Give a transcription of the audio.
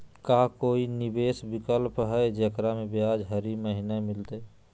का कोई निवेस विकल्प हई, जेकरा में ब्याज हरी महीने मिलतई?